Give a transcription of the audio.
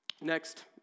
Next